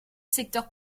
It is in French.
secteur